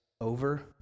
over